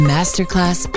Masterclass